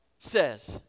says